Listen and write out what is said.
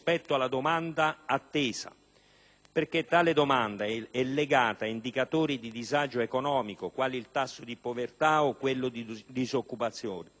perché tale domanda è legata ad indicatori di disagio economico, quali il tasso di povertà o quello di disoccupazione, o è legata altre volte,